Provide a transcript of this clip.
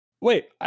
Wait